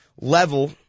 level